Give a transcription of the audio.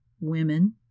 women